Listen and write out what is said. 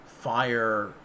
fire